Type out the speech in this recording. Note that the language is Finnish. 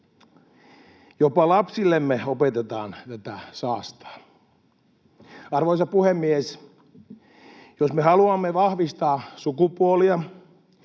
Jopa lapsillemme opetetaan tätä saastaa. Arvoisa puhemies! Jos me haluamme vahvistaa sukupuolia,